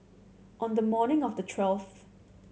on the morning of the twelfth